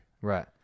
Right